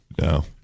No